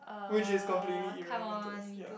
which is completely irrelevant to us ya